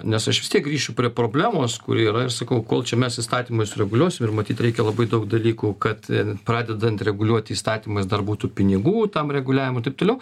nes aš vis tiek grįšiu prie problemos kuri yra ir sakau kol čia mes įstatymus reguliuosim ir matyt reikia labai daug dalykų kad pradedant reguliuoti įstatymais dar būtų pinigų tam reguliavimui ir taip toliau